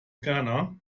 ghana